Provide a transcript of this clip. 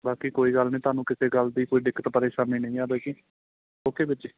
ਬਾਕੀ ਕੋਈ ਗੱਲ ਨਹੀਂ ਤੁਹਾਨੂੰ ਕਿਸੇ ਗੱਲ ਦੀ ਕੋਈ ਦਿੱਕਤ ਪਰੇਸ਼ਾਨੀ ਨਹੀਂ ਆਵੇਗੀ ਓਕੇ ਵੀਰ ਜੀ